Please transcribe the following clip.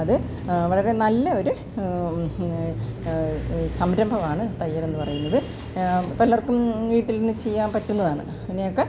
അത് വളരെ നല്ലൊര് സംരഭമാണ് തയ്യലെന്ന് പറയുന്നത് ഇപ്പം എല്ലാവർക്കും വീട്ടിൽ നിന്ന് ചെയ്യാൻ പറ്റുന്നതാണ് അതിനൊക്കെ